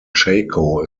chaco